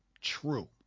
true